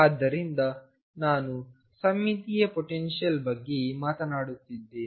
ಆದ್ದರಿಂದ ನಾನು ಸಮ್ಮಿತೀಯ ಪೊಟೆನ್ಶಿಯಲ್ ಬಗ್ಗೆ ಮಾತನಾಡುತ್ತಿದ್ದೇನೆ